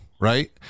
right